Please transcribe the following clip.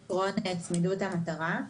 את הוראות צמידות ההתרה,